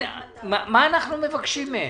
מה אנחנו מבקשים מהם?